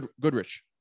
Goodrich